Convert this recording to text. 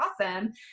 awesome